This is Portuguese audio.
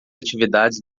atividades